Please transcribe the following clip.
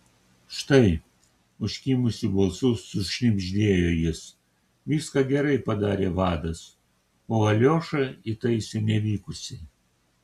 štai užkimusiu balsu sušnibždėjo jis viską gerai padarė vadas o aliošą įtaisė nevykusiai